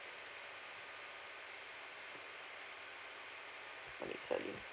melissa lee